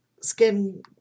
skin